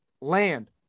land